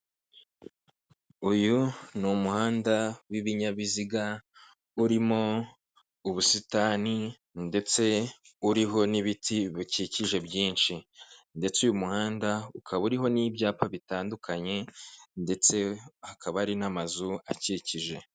Uyu ni umuhanda w'ibinyabiziga urimo ubusitani ndetse uriho n'ibiti bikikije byinshi ndetse uyu muhanda ukaba uriho n'ibyapa bitandukanye ndetse hakaba hari n'amazu akikije.